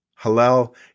Hallel